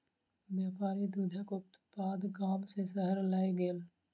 व्यापारी दूधक उत्पाद गाम सॅ शहर लय गेल